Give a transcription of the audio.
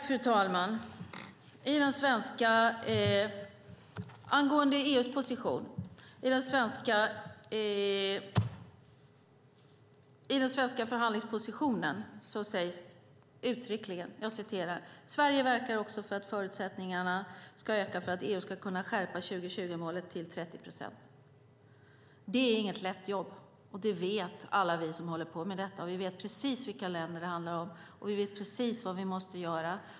Fru talman! I den svenska förhandlingspositionen sägs det uttryckligen: Sverige verkar också för att förutsättningarna ska öka för att EU ska kunna skärpa 2020-målet till 30 procent. Det är inget lätt jobb, och det vet alla vi som håller på med detta. Vi vet precis vilka länder det handlar om, och vi vet precis vad vi måste göra.